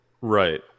Right